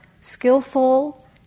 skillful